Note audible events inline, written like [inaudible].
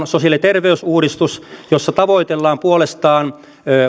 [unintelligible] sosiaali ja terveysuudistus jossa tavoitellaan puolestaan